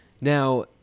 Now